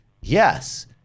yes